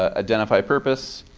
ah identify purpose.